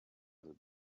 other